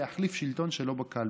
להחליף שלטון שלא בקלפי.